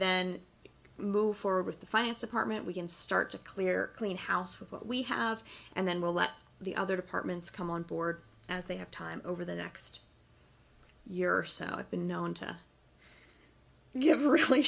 then move forward with the finance department we can start to clear clean house with what we have and then we'll let the other departments come on board as they have time over the next year or south been known to give really